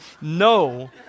no